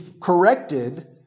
corrected